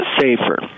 safer